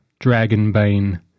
Dragonbane